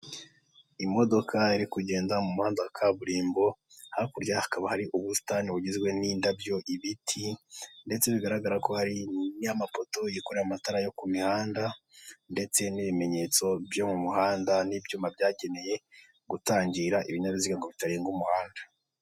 Imodoka iri kugenda mu muhanda wa kaburimbo, hakurya hakaba hari ubusitani bugizwe n'indabyo, ibiti ndetse bigaragara ko hari n'amapoto yikoreye amatara yo ku mihanda ndetse n'ibimenyetso byo mu muhanda n'ibyuma byagenewe gutangira ibinyabiziga ngo bitarenga umuhanda.